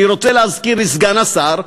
אני רוצה להזכיר לסגן השר,